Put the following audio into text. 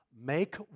Make